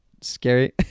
scary